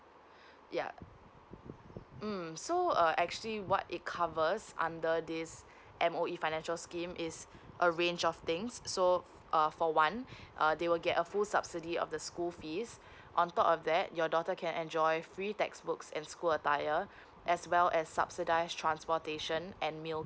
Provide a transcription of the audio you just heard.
yup mm so uh actually what it covers under this M_O_E financial scheme is a range of things so uh for one uh they will get a full subsidy of the school fees on top of that your daughter can enjoy free textbooks and school attire as well as subsidise transportation and milk